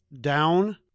down